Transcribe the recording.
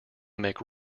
make